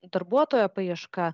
darbuotojo paieška